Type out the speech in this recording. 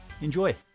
Enjoy